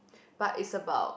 but is about